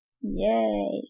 Yay